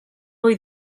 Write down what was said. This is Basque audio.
ohi